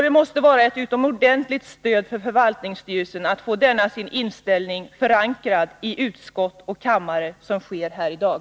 Det måste vara ett ordentligt stöd för förvaltningsstyrelsen att få denna sin inställning förankrad i utskott och kammare som sker här i dag.